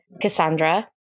Cassandra